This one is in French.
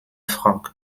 frank